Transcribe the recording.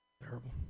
Terrible